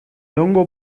hongo